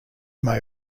may